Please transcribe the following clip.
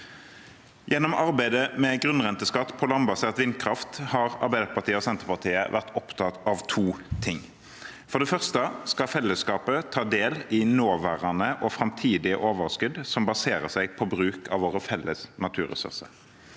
Gjennom arbeidet med grunnrenteskatt på landbasert vindkraft har Arbeiderpartiet og Senterpartiet vært opptatt av to ting. For det første skal fellesskapet ta del i nåværende og framtidig overskudd som baserer seg på bruk av våre felles naturressurser.